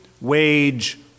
wage